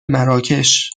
مراکش